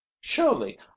Surely